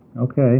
Okay